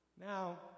Now